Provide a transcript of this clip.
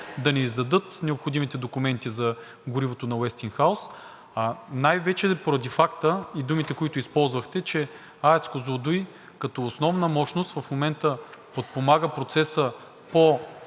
да не издадат необходимите документи за горивото на „Уестингхаус“. Най-вече поради факта и думите, които използвахте, че АЕЦ „Козлодуй“ като основна мощност в момента подпомага процеса по